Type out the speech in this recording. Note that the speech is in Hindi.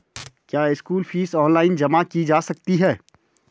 क्या स्कूल फीस ऑनलाइन जमा की जा सकती है?